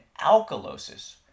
alkalosis